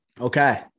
Okay